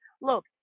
look